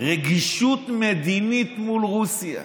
רגישות מדינית מול רוסיה.